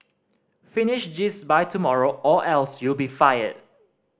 finish this by tomorrow or else you be fired